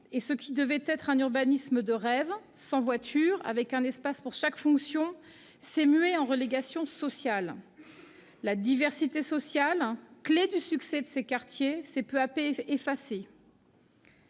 : ce qui devait être un urbanisme de rêve, sans voitures, avec un espace pour chaque fonction, s'est mué en lieu de relégation sociale. La diversité sociale, clef du succès de ces quartiers, s'est peu à peu estompée.